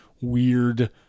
weird